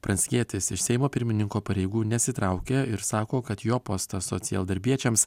pranckietis iš seimo pirmininko pareigų nesitraukia ir sako kad jo postas socialdarbiečiams